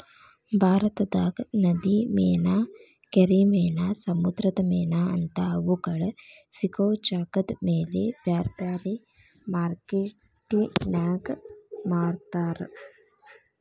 ಭಾರತದಾಗ ನದಿ ಮೇನಾ, ಕೆರಿ ಮೇನಾ, ಸಮುದ್ರದ ಮೇನಾ ಅಂತಾ ಅವುಗಳ ಸಿಗೋ ಜಾಗದಮೇಲೆ ಬ್ಯಾರ್ಬ್ಯಾರೇ ಮಾರ್ಕೆಟಿನ್ಯಾಗ ಮಾರ್ತಾರ